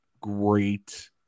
great